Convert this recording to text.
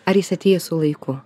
ar jis atėjęs su laiku